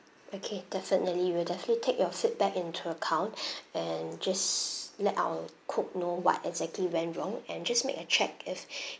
okay definitely we'll definitely take your feedback into account and just let our cook know what exactly went wrong and just make a check if